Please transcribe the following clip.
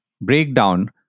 Breakdown